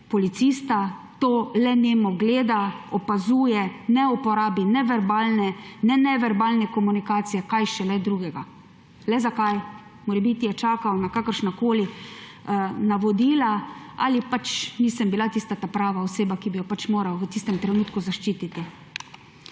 policista, te le nemo gleda, opazuje, ne uporabi ne verbalne, ne neverbalne komunikacije, kaj šele kaj drugega. Le zakaj? Morebiti je čakal na kakršnakoli navodila ali nisem bila tista prava oseba, ki bi jo moral v tistem trenutku zaščititi.